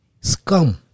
scum